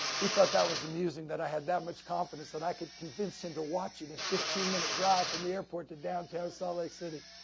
he thought that was amusing that i had that much confidence that i could convince him to watch in a fifteen minute drive from the airport to downtown salt lake city,